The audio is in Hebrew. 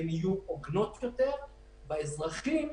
הן יהיו הוגנות יותר, והאזרחים